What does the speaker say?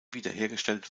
wiederhergestellt